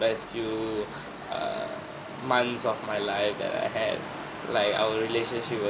best few err months of my life that I had like our relationship was